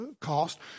cost